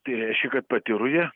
tai reiškia kad pati ruja